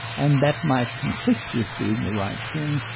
and that might conflict with doing the right thing,